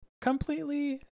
completely